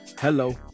Hello